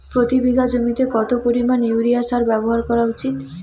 প্রতি বিঘা জমিতে কত পরিমাণ ইউরিয়া সার ব্যবহার করা উচিৎ?